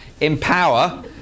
Empower